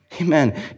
Amen